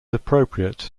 appropriate